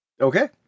okay